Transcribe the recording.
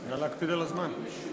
נא להקפיד על הזמן.